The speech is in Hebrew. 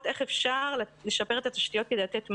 איך אפשר לשפר את התשתיות כדי לתת מענה.